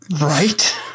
Right